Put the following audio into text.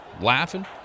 laughing